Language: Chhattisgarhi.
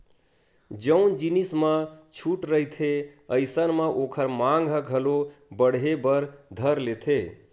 जउन जिनिस म छूट रहिथे अइसन म ओखर मांग ह घलो बड़हे बर धर लेथे